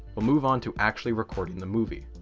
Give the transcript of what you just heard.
we'll move onto actually recording the movie.